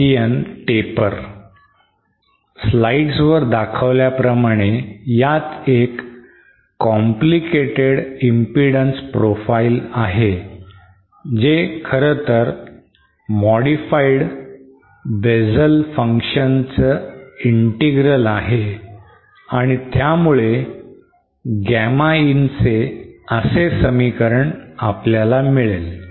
Slides वर दाखविल्याप्रमाणे यात एक complicated impedance profile आहे जे खरतर modified Bessel function च integral आहे आणि त्यामुळे Gamma in चे असे समीकरण आपल्याला मिळेल